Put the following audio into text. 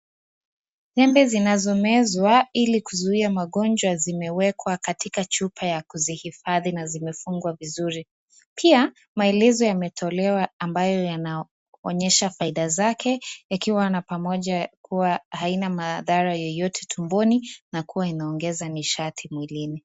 Tembe zinazomezwa ili kuzuia magonjwa zimewekwa katika chupa ya kuzihifadhi na zimefungwa vizuri. Pia maelezo yametolewa ambayo yanaonyesha faida zake. Ikiwa na pamoja kuwa haina madhara yoyote tumboni na kuwa inaongeza nishati tumboni.